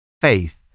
Faith